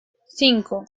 cinco